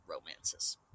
romances